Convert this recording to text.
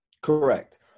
Correct